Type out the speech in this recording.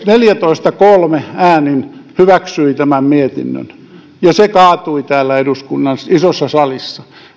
neljätoista viiva kolme hyväksyi tämän mietinnön ja se kaatui täällä eduskunnan isossa salissa